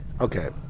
Okay